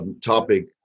topic